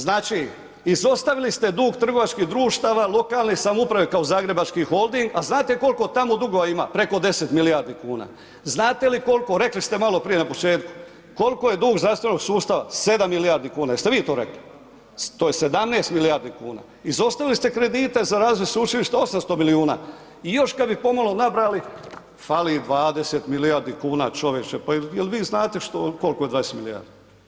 Znači, izostavili ste dug trgovačkih društava, lokalne samouprave kao Zagrebački holding, a znate koliko tamo dugova ima, preko 10 milijardi kuna, znate li kolko, rekli ste maloprije na početku, kolko je dug zdravstvenog sustava, 7 milijardi kuna, jeste vi to rekli, to je 17 milijardi kuna, izostavili ste kredite za razvoj sveučilišta 800 milijuna i još kad bi pomalo nabrojali, fali 20 milijardi kuna, čovječe pa jel vi znate kolko je 20 milijardi?